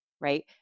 Right